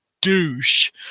douche